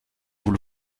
vous